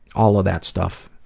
all of that stuff.